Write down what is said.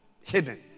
hidden